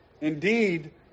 Indeed